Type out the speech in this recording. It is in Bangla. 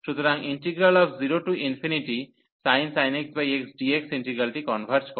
সুতরাং 0sin x xdx ইন্টিগ্রালটি কনভার্জ করে